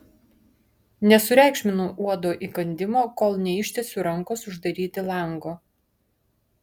nesureikšminu uodo įkandimo kol neištiesiu rankos uždaryti lango